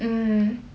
mm